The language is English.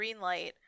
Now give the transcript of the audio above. Greenlight